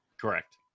Correct